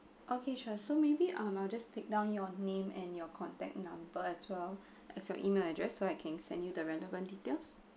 okay sure so maybe I'll I'll just take down your name and your contact number as well as your email address so I can send you the relevant details